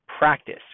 practice